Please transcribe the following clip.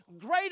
greater